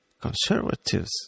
conservatives